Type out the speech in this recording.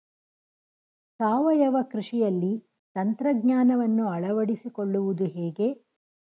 ಸಾವಯವ ಕೃಷಿಯಲ್ಲಿ ತಂತ್ರಜ್ಞಾನವನ್ನು ಅಳವಡಿಸಿಕೊಳ್ಳುವುದು ಹೇಗೆ?